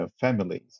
families